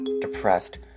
depressed